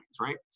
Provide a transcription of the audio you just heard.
right